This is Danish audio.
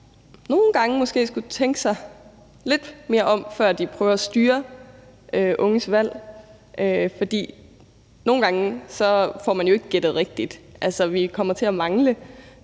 nogle gange også tænke sig lidt mere om, før de prøver at styre de unges valg. For nogle gange får man jo ikke gættet rigtigt. Altså, vi kommer til at mangle